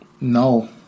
no